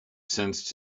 sensed